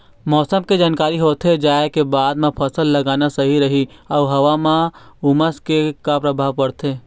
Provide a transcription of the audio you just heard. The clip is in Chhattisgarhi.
मौसम के जानकारी होथे जाए के बाद मा फसल लगाना सही रही अऊ हवा मा उमस के का परभाव पड़थे?